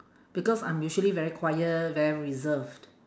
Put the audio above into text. because I'm usually very quiet very reserved